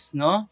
no